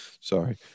Sorry